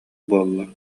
буолла